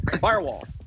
Firewall